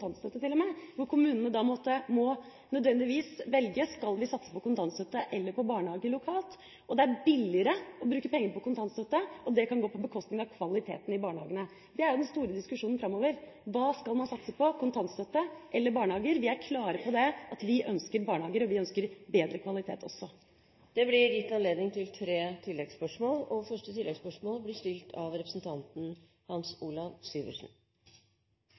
hvor kommunene da nødvendigvis må velge om de skal satse på kontantstøtte eller på barnehager lokalt. Det er billigere å bruke penger på kontantstøtte, og det kan gå på bekostning av kvaliteten i barnehagene. Det er den store diskusjonen framover. Hva skal man satse på, kontantstøtte eller barnehager? Vi er klare på at vi ønsker barnehager, og vi ønsker bedre kvalitet også. Det blir gitt anledning til tre